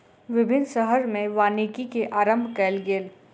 विभिन्न शहर में वानिकी के आरम्भ कयल गेल